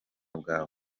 bwawe